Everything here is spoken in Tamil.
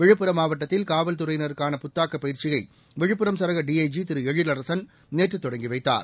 விழுப்புரம் மாவட்டத்தில் காவல்துறையினருக்கான புத்தாக்க பயிற்சியை விழுப்புரம் சரக டிஐஜி திரு எழிலரசன் நேற்று தொடங்கி வைத்தார்